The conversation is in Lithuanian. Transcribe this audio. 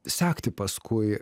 sekti paskui